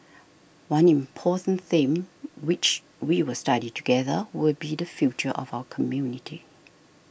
one important theme which we will study together will be the future of our community